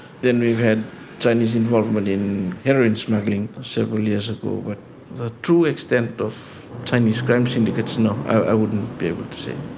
then we've had chinese involvement in heroin smuggling several years ago, but the true extent of chinese crime syndicates, no, i wouldn't be able to say.